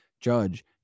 Judge